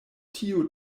tiu